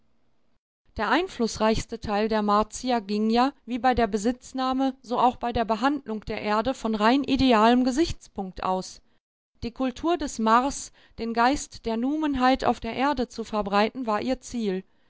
der einflußreichste teil der martier ging ja wie bei der besitznahme so auch bei der behandlung der erde von rein idealem gesichtspunkt aus die kultur des mars den geist der numenheit auf der erde zu verbreiten war ihr ziel